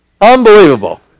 Unbelievable